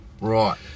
Right